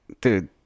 dude